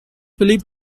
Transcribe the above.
believed